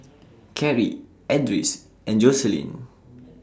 Carrie Edris and Joselyn